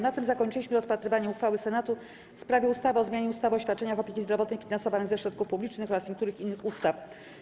Na tym zakończyliśmy rozpatrywanie uchwały Senatu w sprawie ustawy o zmianie ustawy o świadczeniach opieki zdrowotnej finansowanych ze środków publicznych oraz niektórych innych ustaw.